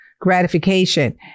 gratification